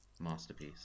Masterpiece